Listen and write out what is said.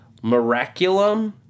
Miraculum